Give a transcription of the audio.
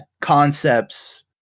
concepts